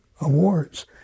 awards